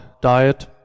diet